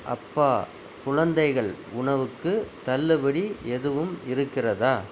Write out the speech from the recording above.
அப்பா குழந்தைகள் உணவுக்கு தள்ளுபடி எதுவும் இருக்கிறதா